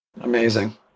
Amazing